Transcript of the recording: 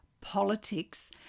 politics